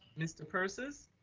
mr. persis.